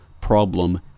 problem